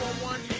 one